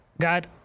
God